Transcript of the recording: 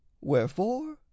Wherefore